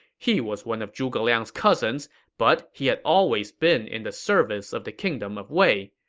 he was one of zhuge liang's cousins, but he had always been in the service of the kingdom of wei.